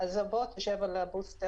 אז מושיבים אותו עוד קצת על הבוסטר.